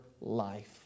life